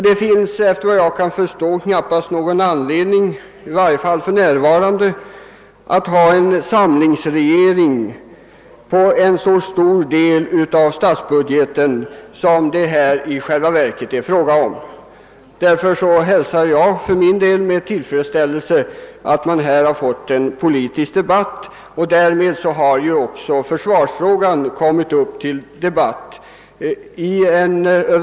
Det finns, efter vad jag kan förstå knappast någon anledning, i varje fall inte för närvarande, att ha en »samlingsregering» beträffande en så stor del av statsbudgeten som det här i själva verket är fråga om. Därför hälsar jag med tillfredsställelse att man där fått en politisk debatt och att därmed också försvarsfrågan som sådan kommit upp till diskussion.